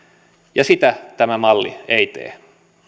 ja sitä tämä malli ei tee